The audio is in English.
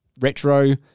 retro